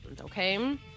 Okay